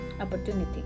opportunity